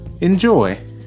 Enjoy